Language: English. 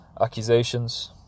accusations